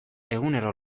egunero